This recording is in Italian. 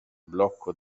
blocco